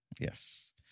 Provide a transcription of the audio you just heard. Yes